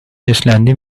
ایسلندی